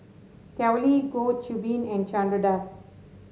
Tao Li Goh Qiu Bin and Chandra Das